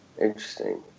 Interesting